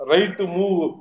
Right-to-move